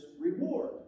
reward